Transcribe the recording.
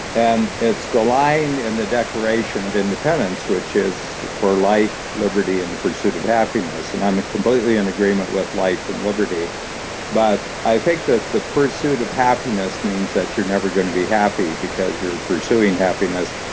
and it's the line in the declaration of independence, which is, for life liberty, and the pursuit of happiness. and i'm ah completely in agreement with life and liberty but i think that the pursuit of happiness means that you're never going to be happy because you're pursuing happiness.